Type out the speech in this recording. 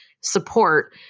support